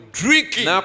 drinking